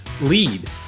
lead